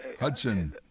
Hudson